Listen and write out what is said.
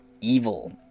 evil